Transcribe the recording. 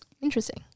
Interesting